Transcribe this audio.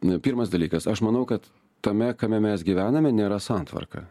na pirmas dalykas aš manau kad tame kame mes gyvename nėra santvarka